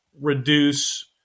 reduce